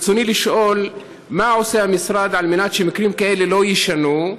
ברצוני לשאול: 1. מה עושה המשרד על מנת שמקרים כאלה לא יישנו?